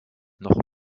noch